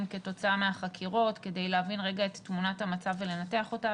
כתוצאה מהחקירות כדי להבין רגע את תמונת המצב ולנתח אותה.